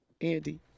Andy